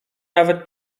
nawet